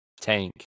tank